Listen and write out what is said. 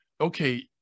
okay